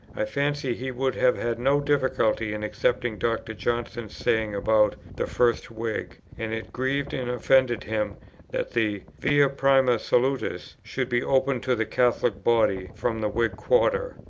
i fancy he would have had no difficulty in accepting dr. johnson's saying about the first whig and it grieved and offended him that the via prima salutis should be opened to the catholic body from the whig quarter.